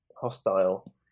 hostile